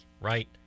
right